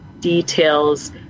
details